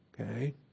Okay